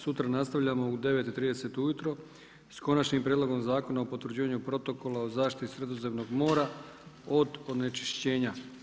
Sutra nastavljamo u 9 i 30 ujutro s Konačnim prijedlogom Zakona o potvrđivanju protokola o zaštiti Sredozemnog mora od onečišćenja.